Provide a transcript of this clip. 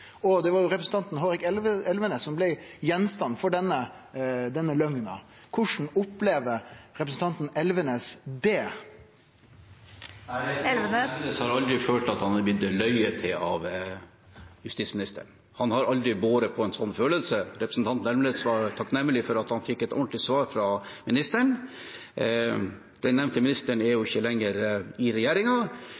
Og det var representanten Hårek Elvenes som blei gjenstand for denne løgna. Korleis opplever representanten Elvenes det? Representanten Elvenes har aldri følt at han har blitt løyet til av justisministeren. Han har aldri båret på en sånn følelse. Representanten Elvenes var takknemlig for at han fikk et ordentlig svar fra ministeren. Den nevnte ministeren er jo